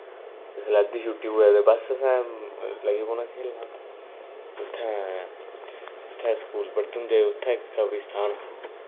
जिसलै अद्धी छुटटी होऐ ते बस असें लग्गी पौना खेलना उत्थैं उत्थैं जित्थै अस स्कूल पढ़दे होंदे हे उत्थैं इक कब्रेस्तान हा